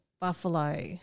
buffalo